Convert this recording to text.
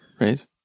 right